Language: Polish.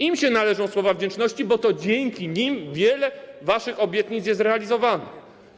Im się należą słowa wdzięczności, bo to dzięki nim wiele waszych obietnic jest realizowanych.